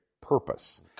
purpose